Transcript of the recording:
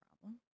problem